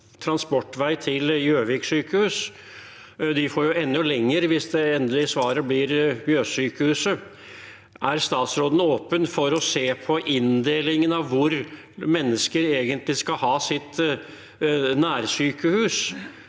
transportvei til Gjøvik sykehus. De får jo enda lengre vei hvis det endelige svaret blir Mjøssykehuset. Er statsråden åpen for å se på inndelingen av hvor mennesker egentlig skal ha sitt nærsykehus?